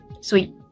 Sweet